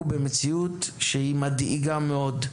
אנחנו נמצאים במציאות שהיא מדאיגה מאוד.